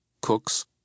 cooks